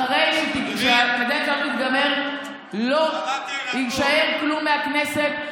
אחרי שהקדנציה הזאת תיגמר לא יישאר כלום מהכנסת,